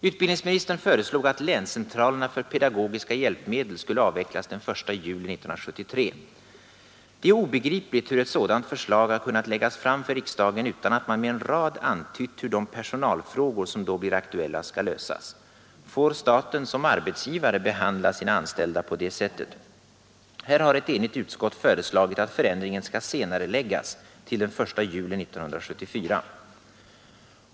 Utbildningsministern föreslog att länscentralerna för pedagogiska hjälpmedel skulle avvecklas den 1 juli 1973. Det är obegripligt hur ett sådant förslag har kunnat läggas fram för riksdagen utan att man med en rad antytt hur de personalfrågor som då blir aktuella skall lösas. Får staten som arbetsgivare behandla sina anställda på det sättet? Här har ett enigt utskott föreslagit att förändringen skall senareläggas till den 1 juli 1974.